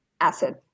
acid